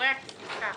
פרפורי הגסיסה,